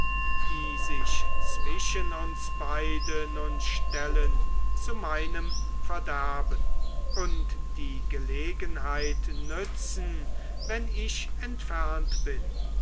die sich zwischen uns beide nun stellen zu meinem verderben und die gelegenheit nützen wenn ich entfernt bin